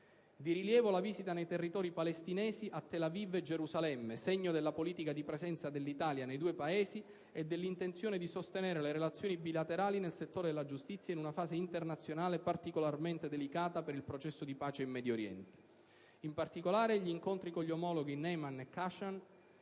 Di rilievo la visita nei Territori palestinesi, a Tel Aviv e Gerusalemme, segno della politica di presenza dell'Italia nei due Paesi e dell'intenzione di sostenere le relazioni bilaterali nel settore della giustizia in una fase internazionale particolarmente delicata per il processo di pace in Medio Oriente. In particolare, gli incontri con gli omologhi Neeman e Khashan,